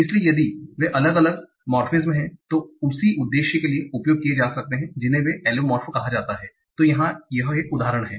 इसलिए यदि वे अलग अलग मोर्फेमेज़ हैं जो उसी उद्देश्य के लिए उपयोग किए जा सकते हैं जिन्हें वे एलोमोर्फ कहा जाता है तो यहां एक उदाहरण है